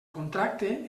contracte